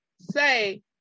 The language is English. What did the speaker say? say